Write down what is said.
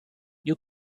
you